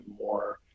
more